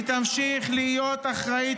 היא תמשיך להיות אחראית